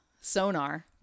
sonar